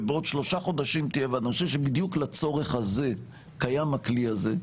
ובעוד שלושה חודשים תהיה אני חושב שבדיוק לצורך הזה קיים הכלי הזה,